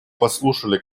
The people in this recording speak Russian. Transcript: послушали